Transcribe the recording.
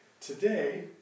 Today